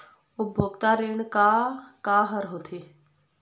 उपभोक्ता ऋण का का हर होथे?